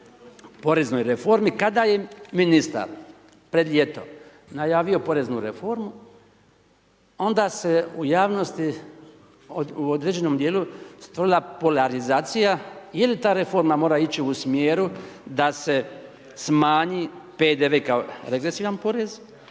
poreznoj reformi, kada je ministar pred ljeto najavio poreznu reformu onda se u javnosti u određenom dijelu stvorila polarizacija je li ta reforma mora ići u smjeru da se smanji PDV kao regresivan porez